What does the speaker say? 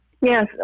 Yes